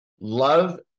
love